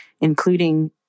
including